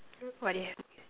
what do you have